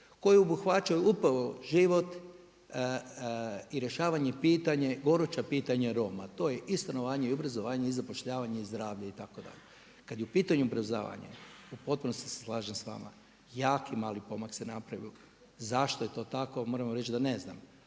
koje obuhvaćaju upravo život i rješavanja gorućih pitanja Roma, to je i stanovanje, i obrazovanje i zapošljavanje i zdravlje itd. Kada je u pitanju obrazovanje, u potpunosti se slažem s vama, jako mali pomak se napravio. Zašto je to tako, moram reći da ne znam,